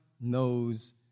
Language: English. knows